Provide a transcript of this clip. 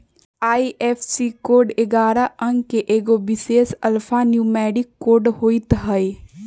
IFSC code ऐगारह अंक के एगो विशेष अल्फान्यूमैरिक कोड होइत हइ